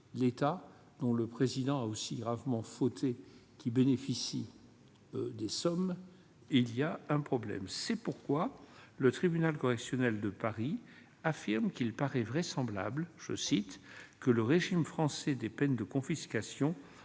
l'État dont le président a aussi gravement fauté bénéficiait de ces sommes, il y aurait également un problème. C'est pourquoi le tribunal correctionnel de Paris affirme qu'il « paraît vraisemblable que le régime français des peines de confiscation